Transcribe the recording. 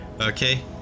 Okay